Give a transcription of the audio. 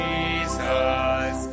Jesus